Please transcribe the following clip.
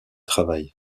travail